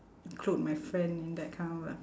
~clude my friend in that kind of uh